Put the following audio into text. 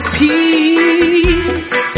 peace